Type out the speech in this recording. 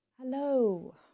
Hello